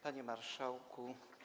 Panie Marszałku!